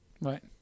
Right